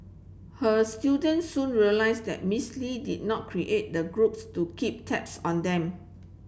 her students soon realised that Miss Lee did not create the groups to keep tabs on them